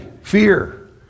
fear